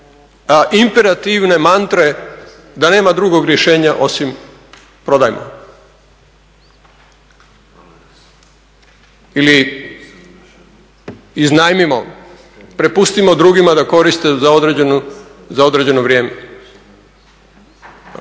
imperativne mantre da nema drugog rješenja osim prodajmo ili iznajmimo, prepustimo drugima da koriste za određeno vrijeme,